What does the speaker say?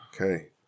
Okay